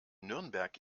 nürnberg